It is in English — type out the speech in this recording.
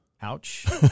Ouch